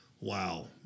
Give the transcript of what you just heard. Wow